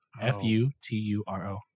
F-U-T-U-R-O